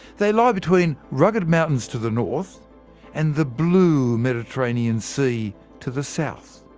they lie between rugged mountains to the north and the blue mediterranean sea to the south.